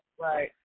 right